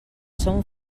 són